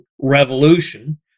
revolution